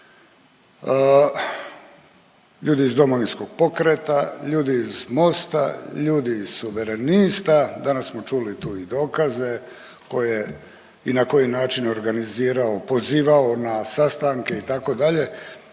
Ljudi iz Domovinskog pokreta, ljudi iz MOST-a, ljudi iz Suverenista, danas smo čuli tu i dokaze ko je i na koji način organizirao, pozivao na sastanke itd. Dakle,